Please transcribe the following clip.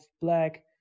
Black